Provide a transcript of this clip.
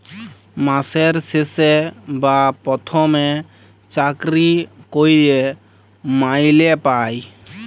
মাসের শেষে বা পথমে চাকরি ক্যইরে মাইলে পায়